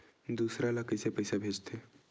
दूसरा ला कइसे पईसा भेजथे?